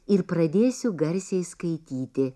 ir pradėsiu garsiai skaityti